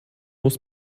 muss